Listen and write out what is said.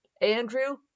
Andrew